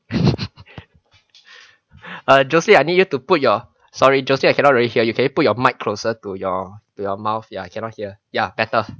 uh jocelyn I need to put your sorry jocelyn I cannot really hear you can put your mic closer to your to your mouth ya I cannot hear ya better